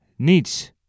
niets